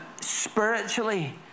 spiritually